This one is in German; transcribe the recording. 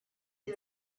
zum